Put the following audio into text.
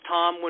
Tom